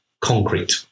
concrete